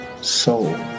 soul